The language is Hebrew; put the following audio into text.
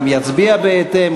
וגם יצביע בהתאם.